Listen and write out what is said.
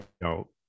No